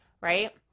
right